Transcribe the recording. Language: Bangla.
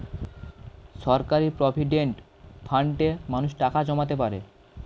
সরকারি প্রভিডেন্ট ফান্ডে মানুষ টাকা জমাতে পারে